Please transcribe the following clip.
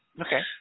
Okay